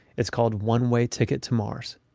it's called one way ticket to mars